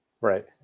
Right